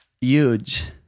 huge